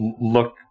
look